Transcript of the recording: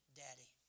daddy